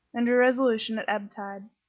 and her resolution at ebb tide.